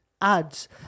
ads